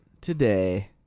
today